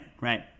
right